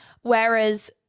Whereas